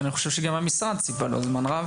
ואני חושב שגם המשרד ציפה לו זמן רב.